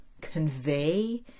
convey